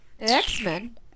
X-Men